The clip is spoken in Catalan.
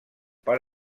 per